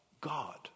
God